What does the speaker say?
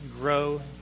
grow